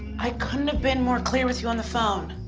i couldn't have been more clear with you on the phone.